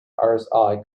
rsi